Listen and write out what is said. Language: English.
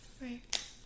Right